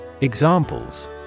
Examples